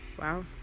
Wow